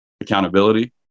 accountability